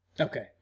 okay